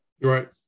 Right